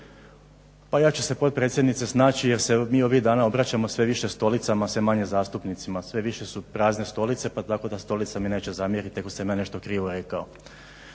Pa ja ću potpredsjednice snaći jer se mi ovih dana obraćamo sve više stolicama, a sve manje zastupnicima. Sve više su prazne stolice pa tako da mi stolice neće zamjeriti ako sam ja nešto krivo rekao.